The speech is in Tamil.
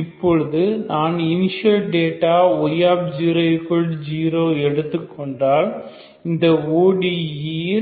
இப்போது நான் இனிஷியல் டேட்டா y00 எடுத்துக் கொண்டால் இந்த ODE